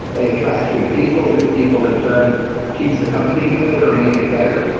they attract good people. good people in turn keep the company good or make it better,